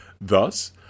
Thus